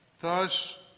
Thus